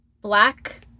black